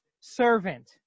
servant